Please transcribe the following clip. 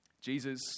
Jesus